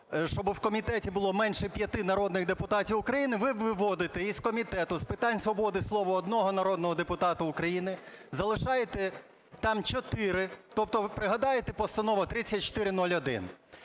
щоби в комітеті було менше 5 народних депутатів України. Ви виводите із Комітету з питань свободи слова одного народного депутата України, залишаєте там 4. Тобто, ви пригадайте, Постанова 3401.